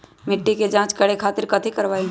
मिट्टी के जाँच करे खातिर कैथी करवाई?